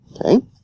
Okay